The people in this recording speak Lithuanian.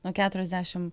nuo keturiasdešim